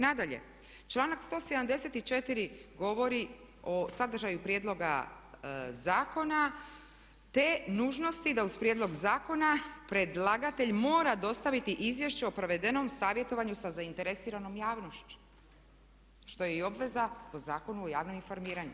Nadalje, članak 174. govori o sadržaju prijedloga zakona te nužnosti da uz prijedlog zakona predlagatelj mora dostaviti izvješće o provedenom savjetovanju sa zainteresiranom javnošću što je i obveza po Zakonu o javnom informiranju.